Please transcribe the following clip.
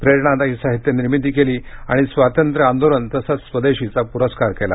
प्रेरणादायी साहित्य निर्मिती केली आणि स्वातंत्र्य आंदोलन तसंच स्वदेशीचा पुरस्कार केला